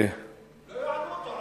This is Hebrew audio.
מי יענה אותו?